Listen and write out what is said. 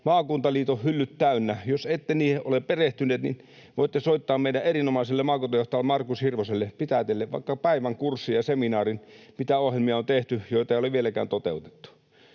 maakuntaliiton hyllyt täynnä. Jos ette niihin ole perehtyneet, niin voitte soittaa meidän erinomaiselle maakuntajohtajalle Markus Hirvoselle, hän pitää teille vaikka päivän kurssin ja seminaarin siitä, mitä ohjelmia on tehty mutta joita ei ole vieläkään toteutettu.